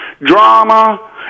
drama